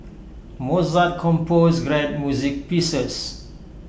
Mozart composed great music pieces